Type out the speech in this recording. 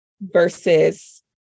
versus